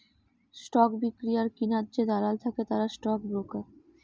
stock বিক্রি আর কিনার যে দালাল থাকে তারা স্টক ব্রোকার